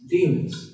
Demons